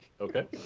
okay